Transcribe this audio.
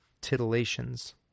titillations